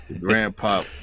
Grandpa